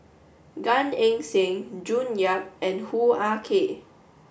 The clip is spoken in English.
Gan Eng Seng June Yap and Hoo Ah Kay